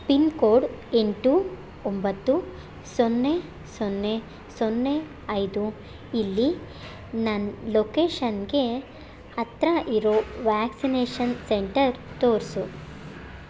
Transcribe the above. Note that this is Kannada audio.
ಪಿನ್ಕೋಡ್ ಎಂಟು ಒಂಬತ್ತು ಸೊನ್ನೆ ಸೊನ್ನೆ ಸೊನ್ನೆ ಐದು ಇಲ್ಲಿ ನನ್ನ ಲೊಕೇಷನ್ಗೆ ಹತ್ತಿರ ಇರೋ ವ್ಯಾಕ್ಸಿನೇಷನ್ ಸೆಂಟರ್ ತೋರಿಸು